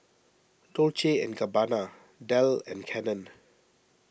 Dolce and Gabbana Dell and Canon